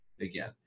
again